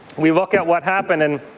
we look at what happened and